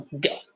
Go